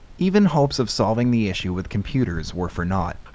even hopes of solving the issue with computers were for naught,